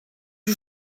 you